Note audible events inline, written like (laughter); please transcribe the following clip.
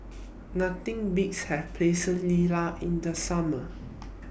Nothing Beats Have (unintelligible) in The Summer